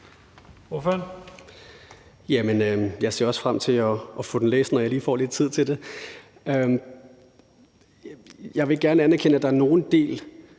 jeg ser også frem til at få den læst, når jeg lige får lidt tid til det. Jeg vil gerne anerkende, at der er nogle dele